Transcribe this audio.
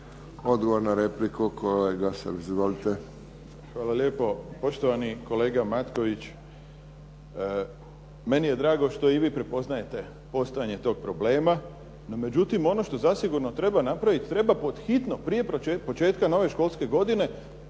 Odgovor na repliku, kolega Srb. Izvolite. **Srb, Daniel (HSP)** Hvala lijepo. Poštovani kolega Matković, meni je drago što i vi prepoznajete postojanje tog problema, no međutim ono što zasigurno treba napraviti, treba pod hitno prije početka nove školske godine